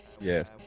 Yes